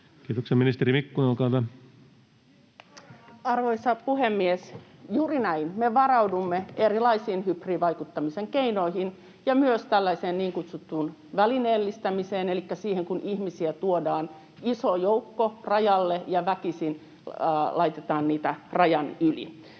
Arvoisa puhemies! Juuri näin, me varaudumme erilaisiin hybridivaikuttamisen keinoihin ja myös tällaiseen niin kutsuttuun välineellistämiseen elikkä siihen, kun ihmisiä tuodaan iso joukko rajalle ja väkisin laitetaan heitä rajan yli.